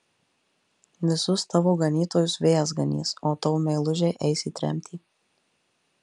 visus tavo ganytojus vėjas ganys o tavo meilužiai eis į tremtį